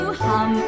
hum